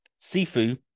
Sifu